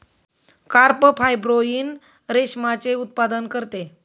carp fibroin रेशमाचे उत्पादन करते